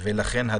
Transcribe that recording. לכן,